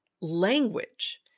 language